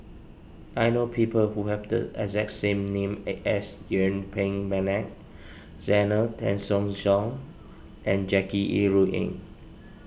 I know people who have the exact name as Yuen Peng McNeice Zena Tessensohn and Jackie Yi Ru Ying